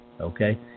okay